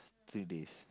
t~ three days